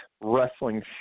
wrestling